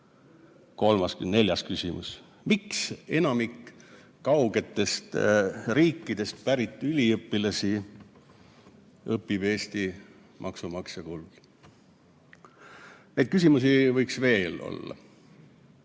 tulevad? Neljas küsimus: miks enamik kaugetest riikidest pärit üliõpilasi õpib Eesti maksumaksja kulul? Neid küsimusi võiks veel olla.